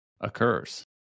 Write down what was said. occurs